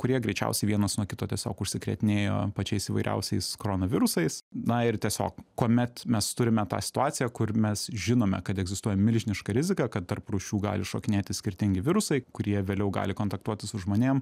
kurie greičiausiai vienas nuo kito tiesiog užsikrėtinėjo pačiais įvairiausiais koronavirusais na ir tiesiog kuomet mes turime tą situaciją kur mes žinome kad egzistuoja milžiniška rizika kad tarp rūšių gali šokinėti skirtingi virusai kurie vėliau gali kontaktuoti su žmonėm